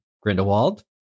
Grindelwald